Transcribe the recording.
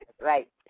right